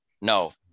No